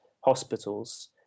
hospitals